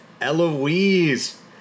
Eloise